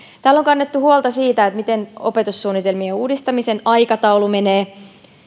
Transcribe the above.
täällä on kannettu huolta siitä miten opetussuunnitelmien uudistamisen aikataulu menee